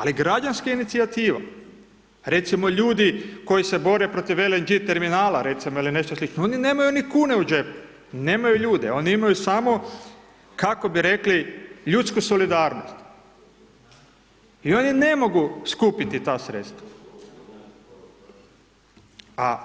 Ali građanska inicijativa, recimo, ljudi koji se bore protiv LNG terminala, recimo, ili nešto slično, oni nemaju ni kune u džepu, nemaju ljude, oni imaju samo, kako bi rekli, ljudsku solidarnost i oni ne mogu skupiti ta sredstva a